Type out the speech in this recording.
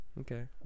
Okay